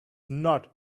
not